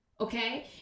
Okay